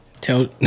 Tell